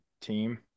team